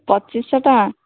ପଚିଶଶହ ଟଙ୍କା